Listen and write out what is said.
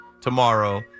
tomorrow